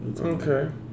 Okay